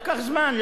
לקח זמן,